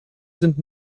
sind